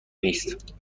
نیست